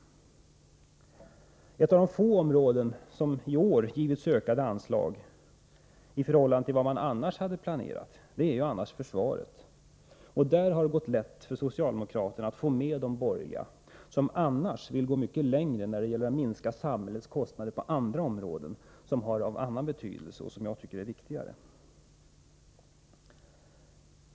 Ett av de få områden som i år givits ökade anslag i förhållande till vad man planerat är försvaret. Där har det gått lätt för socialdemokraterna att få med de borgerliga, som på andra områden vill gå mycket längre när det gäller att minska samhällets kostnader, områden som är av annan betydelse och som jag tycker är viktigare.